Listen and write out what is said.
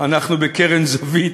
אנחנו בקרן זווית.